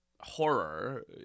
horror